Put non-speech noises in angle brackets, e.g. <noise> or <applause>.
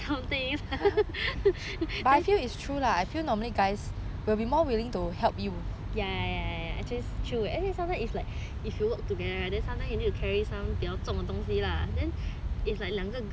<laughs> ya ya ya actually it's true and then sometimes if you work together sometimes you need to carry some 比较重的东西 lah then it's like 两个 girls then 怎么办